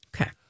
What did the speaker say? Okay